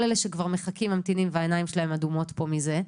אלה שכבר מחכים וממתינים והעיניים שלהם אדומות פה מזה,